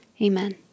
Amen